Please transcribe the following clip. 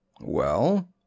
Well